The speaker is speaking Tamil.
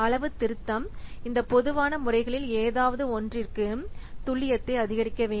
அளவு திருத்தம் இந்த பொதுவான முறைகளில் ஏதாவது ஒன்றிற்கு துல்லியத்தை அதிகரிக்க வேண்டும்